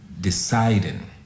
deciding